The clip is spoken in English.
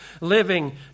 living